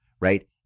right